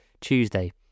Tuesday